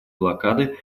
блокады